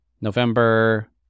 November